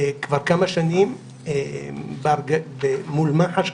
כבר כמה שנים מול מח"ש,